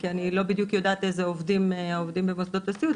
כי אני לא יודעת איזה בדיוק עובדים יש במוסדות הסיעוד,